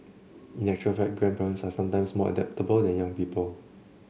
in actual fact grandparents are sometimes more adaptable than young people